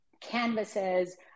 canvases